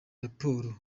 raporo